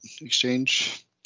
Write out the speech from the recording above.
exchange